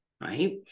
right